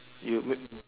you whip